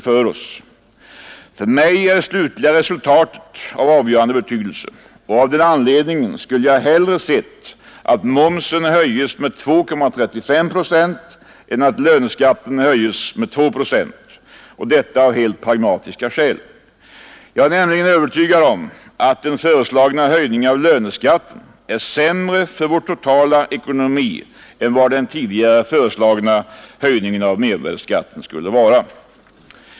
För mig är det slutliga resultatet av avgörande betydelse, och av den anledningen skulle jag hellre se att momsen höjdes med 2,35 procent än att löneskatten höjdes med 2 procent — och detta av helt pragmatiska skäl. Jag är nämligen övertygad om att den föreslagna höjningen av löneskatten är sämre för vår totala ekonomi än vad den tidigare föreslagna höjningen av mervärdeskatten skulle vara.